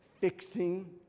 fixing